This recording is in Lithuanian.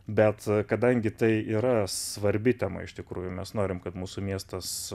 bet kadangi tai yra svarbi tema iš tikrųjų mes norim kad mūsų miestas